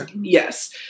Yes